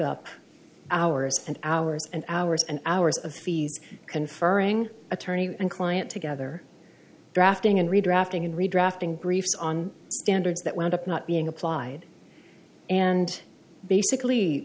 up hours and hours and hours and hours of fees conferring attorney and client together drafting and redrafting and redrafting briefs on standards that wound up not being applied and basically